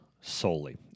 solely